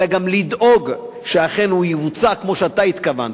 אלא גם לדאוג שאכן הוא יבוצע כמו שאתה התכוונת,